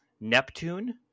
neptune